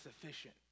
sufficient